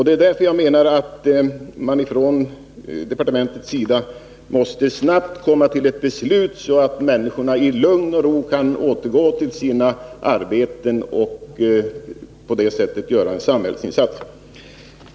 Det är därför jag menar att man från departementets sida snabbt måste komma fram till ett beslut, så att människorna i lugn och ro kan återgå till sina arbeten och på det sättet göra en samhällsinsats.